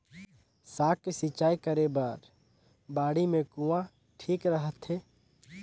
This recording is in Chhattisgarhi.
साग के सिंचाई करे बर बाड़ी मे कुआँ ठीक रहथे?